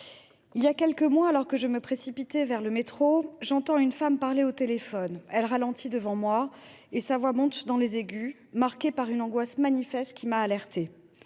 il y a quelques mois, alors que je me précipite vers le métro, j’entends une femme parler au téléphone. Elle ralentit devant moi, et sa voix monte dans les aigus, marquée par une angoisse manifeste qui m’alerte.